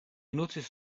noticed